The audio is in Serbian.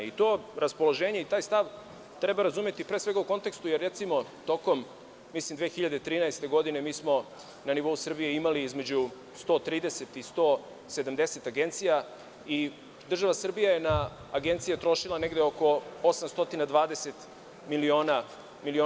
To raspoloženje i taj stav treba razumeti pre svega u kontekstu, jer smo, recimo, tokom 2013. godine na nivou Srbije imali između 130 i 170 agencija i država Srbija je na agencija trošila negde oko 820 miliona evra.